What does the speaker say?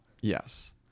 Yes